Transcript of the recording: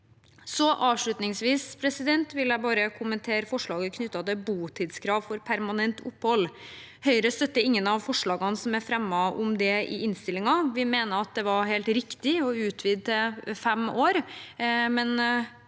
Avslutningsvis vil jeg bare kommentere forslaget knyttet til botidskrav for permanent opphold. Høyre støtter ingen av forslagene som er fremmet om det i innstillingen. Vi mener at det var helt riktig å utvide til fem år, slik